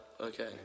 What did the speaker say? Okay